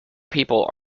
people